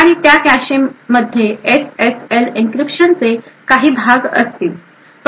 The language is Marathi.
आणि त्या कॅशेमध्ये एसएसएल एन्क्रिप्शनचे काही भाग असतील